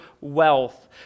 wealth